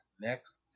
next